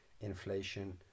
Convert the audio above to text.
inflation